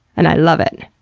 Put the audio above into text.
and i love it.